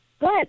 Good